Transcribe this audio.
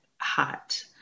Hot